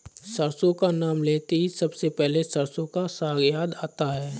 सरसों का नाम लेते ही सबसे पहले सरसों का साग याद आता है